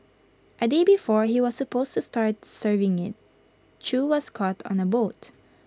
A day before he was supposed to start serving IT chew was caught on A boat